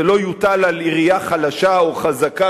זה לא יוטל על עירייה חלשה או חזקה,